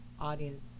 audience